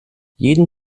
jeden